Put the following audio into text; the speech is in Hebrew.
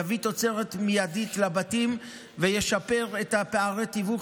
יביאו תוצרת מיידית לבתים וישפר את פערי התיווך,